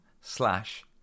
slash